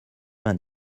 vingt